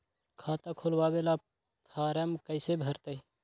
खाता खोलबाबे ला फरम कैसे भरतई?